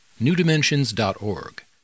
newdimensions.org